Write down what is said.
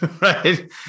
right